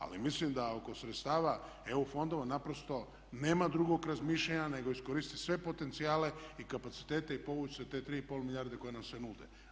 Ali mislim da oko sredstava EU fondova naprosto nema drugog razmišljanja nego iskoristiti sve potencijale i kapacitete i povući se te 3,5 milijarde koje nam se nude.